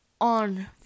on